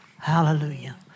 Hallelujah